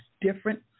different